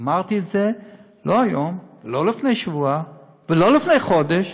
אמרתי את זה לא היום, לא לפני שבוע ולא לפני חודש,